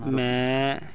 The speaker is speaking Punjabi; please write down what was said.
ਮੈਂ